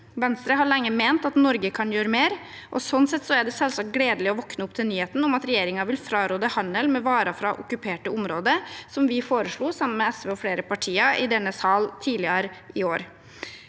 Venstre har lenge ment at Norge kan gjøre mer, og sånn sett er det selvsagt gledelig å våkne opp til nyheten om at regjeringen vil fraråde handel med varer fra okkuperte områder, som vi foreslo sammen med SV og flere partier i denne sal tidligere i år.